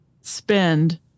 spend